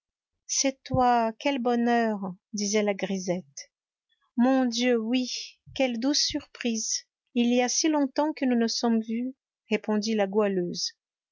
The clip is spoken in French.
c'est toi quel bonheur disait la grisette mon dieu oui quelle douce surprise il y a si longtemps que nous ne sommes vues répondit la goualeuse